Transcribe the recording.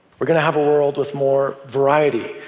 we're going to have a world with more variety,